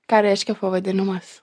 ką reiškia pavadinimas